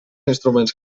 instruments